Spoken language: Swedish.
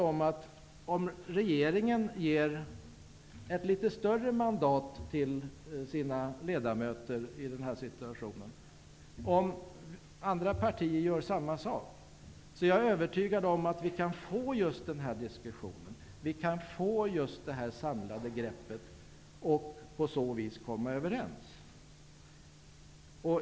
Om regeringen ger ett litet större mandat till sina ledamöter i den här situationen och om andra partier gör samma sak, är jag övertygad om att vi kan få just det samlade greppet och på så vis komma överens.